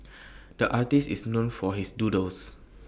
the artist is known for his doodles